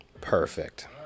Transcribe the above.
Perfect